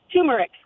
Turmeric